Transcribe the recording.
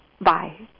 Bye